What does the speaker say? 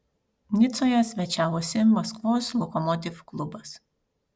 nicoje svečiavosi maskvos lokomotiv klubas